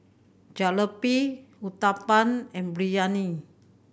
Jalebi Uthapam and Biryani